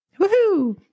Woohoo